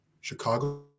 chicago